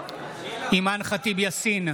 אימאן ח'טיב יאסין,